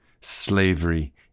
slavery